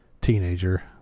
teenager